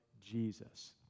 Jesus